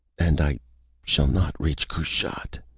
and i shall not reach kushat!